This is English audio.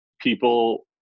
people